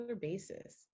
basis